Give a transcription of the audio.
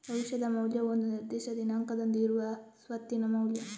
ಭವಿಷ್ಯದ ಮೌಲ್ಯವು ಒಂದು ನಿರ್ದಿಷ್ಟ ದಿನಾಂಕದಂದು ಇರುವ ಸ್ವತ್ತಿನ ಮೌಲ್ಯ